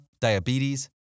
diabetes